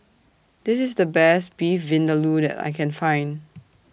This IS The Best Beef Vindaloo that I Can Find